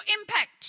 impact